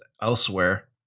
elsewhere